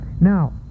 Now